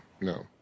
no